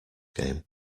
game